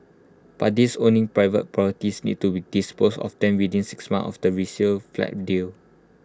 but these owning private properties need to dispose of them within six months of the resale flat deal